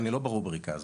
אני לא ברובריקה הזו.